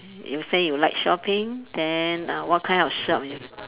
you say you like shopping then uh what kind of shop you